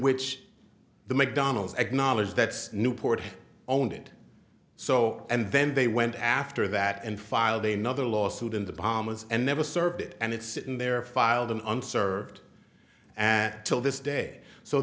which the mcdonald's acknowledged that's newport owned it so and then they went after that and filed a nother lawsuit in the bahamas and never served and it's sitting there filed in unserved and till this day so